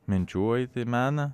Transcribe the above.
minčių eiti į meną